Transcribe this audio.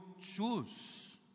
choose